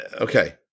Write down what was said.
okay